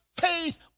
faith